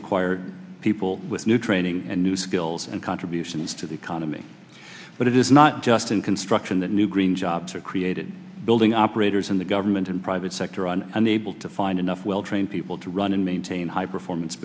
require people with new training and new skills and contributions to the economy but it is not just in construction that new green jobs are created building operators in the government and private sector and unable to find enough well trained people to run and maintain high performance